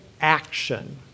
action